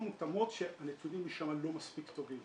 לא מותאמות, שהנתונים שם לא מספיק טובים.